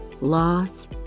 loss